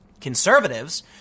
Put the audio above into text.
conservatives